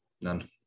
None